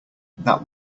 that